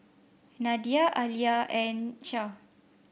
Nadia Alya and Syah